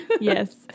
Yes